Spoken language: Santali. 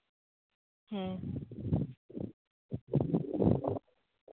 ᱦᱮᱸ